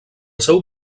seu